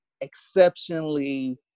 exceptionally